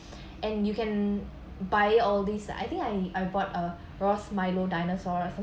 and you can buy all these I think I I bought a ross milo dinosaur